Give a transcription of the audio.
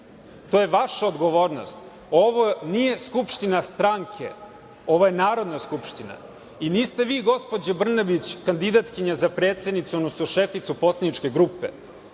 To je vaša odgovornost. Ovo nije Skupština stranke, ovo je Narodna skupština. Niste vi, gospođo Brnabić, kandidatkinja za predsednicu, odnosno šeficu poslaničke grupe,